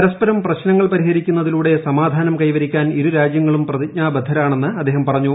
പരസ്പരം പ്രശ്നങ്ങൾ പരിഹരിക്കുന്നതിലൂടെ സമാധാനം കൈവരിക്കാൻ ഇരു രാജ്യങ്ങളും പ്രതിജ്ഞാബദ്ധരാണെന്ന് അദ്ദേഹം പറഞ്ഞു